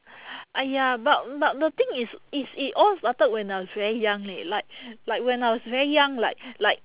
!aiya! but but the thing is is it all started when I was very young leh like like when I was very young like like